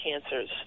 cancers